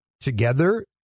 Together